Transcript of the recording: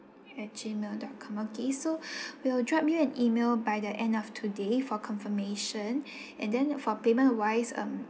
at Gmail dot com okay so we'll drop you an E-mail by the end of today for confirmation and then for payment wise um